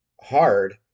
hard